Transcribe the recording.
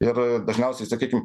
ir dažniausiai sakykim